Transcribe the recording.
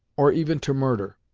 or even to murder.